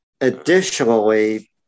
Additionally